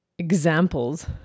examples